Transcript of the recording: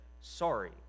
sorry